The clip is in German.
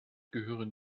gehören